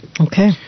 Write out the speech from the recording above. Okay